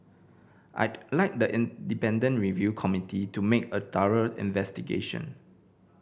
I'd like the independent review committee to make a thorough investigation